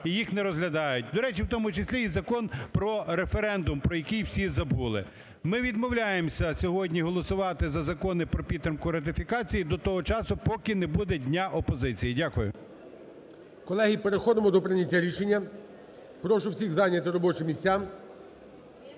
і їх не розглядають. До речі, в тому числі і Закон про референдум, про який всі забули. Ми відмовляємося сьогодні голосувати за закони про підтримку ратифікації до того часу, поки не буде дня опозиції. Дякую. ГОЛОВУЮЧИЙ. Колеги, переходимо до прийняття рішення. Прошу всіх зайняти робочі місця.